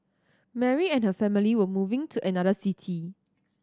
Mary and her family were moving to another city